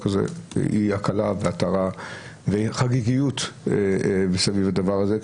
הזה היא הקלה והתרה וחגיגיות מסביב לדבר הזה,